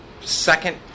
second